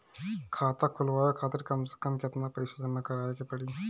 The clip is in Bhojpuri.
खाता खुलवाये खातिर कम से कम केतना पईसा जमा काराये के पड़ी?